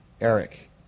Eric